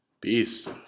Peace